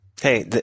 Hey